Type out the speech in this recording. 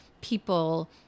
people